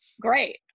great